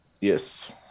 Yes